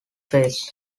face